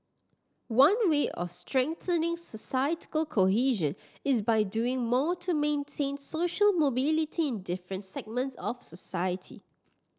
one way of strengthening societal cohesion is by doing more to maintain social mobility in different segments of society